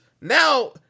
now